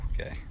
okay